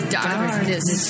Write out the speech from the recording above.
darkness